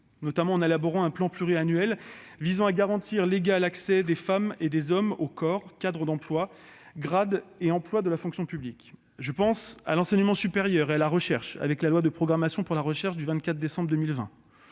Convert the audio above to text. notamment en instaurant un plan pluriannuel visant à garantir l'égal accès des femmes et des hommes aux corps, cadres d'emplois, grades et emplois de la fonction publique. Je pense à l'enseignement supérieur et la recherche, avec la loi de programmation de la recherche du 24 décembre 2020.